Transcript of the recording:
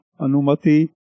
Anumati